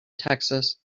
texas